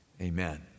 Amen